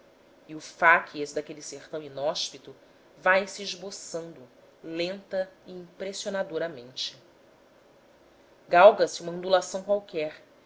e o facies daquele sertão inóspito vai-se esboçando lenta e impressionadoramente galga se uma ondulação qualquer